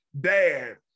dad